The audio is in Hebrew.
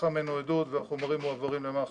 נלקחה ממנו עדות והחומרים מועברים למח"ש.